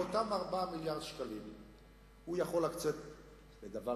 מאותם 4 מיליארדי שקלים הוא יכול להקצות לדבר